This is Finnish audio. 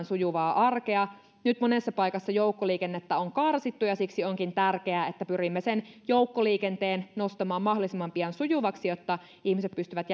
sujuvaa arkea nyt monessa paikassa joukkoliikennettä on karsittu ja siksi onkin tärkeää että pyrimme joukkoliikenteen nostamaan mahdollisimman pian sujuvaksi jotta ihmiset pystyvät